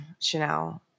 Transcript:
Chanel